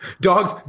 Dogs